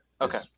okay